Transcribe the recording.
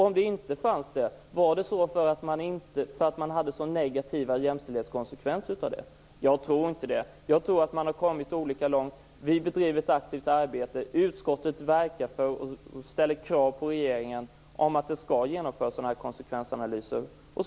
Om inte undrar jag om det var så därför att jämställdhetskonsekvenserna var så negativa. Jag tror inte det. Jag tror, som sagt, att man har kommit olika långt. Vi bedriver ett aktivt arbete och utskottet ställer krav på regeringen. Sådana här konsekvensanalyser skall genomföras.